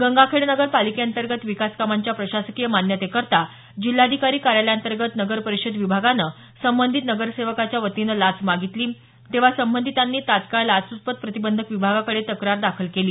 गंगाखेड नगर पालिकेअंतर्गत विकास कामांच्या प्रशासकीय मान्यतेकरता जिल्हाधिकारी कार्यालयाअंतर्गत नगर परिषद विभागानं संबंधित नगरसेवकाच्या वतीनं लाच मागितली तेव्हा संबंधितांनी तत्काळ लाचलुचपत प्रतिबंधक विभागाकडे तक्रार दाखल केली